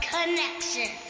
Connection